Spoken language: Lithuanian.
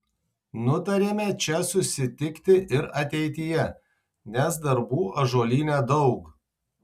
nutarėme čia susitikti ir ateityje nes darbų ąžuolyne daug